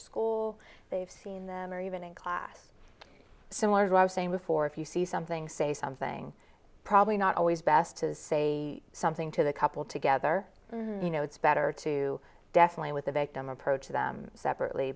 school they've seen them or even in class similar to i was saying before if you see something say something probably not always best to say something to the couple together you know it's better to definitely with the victim approach them separately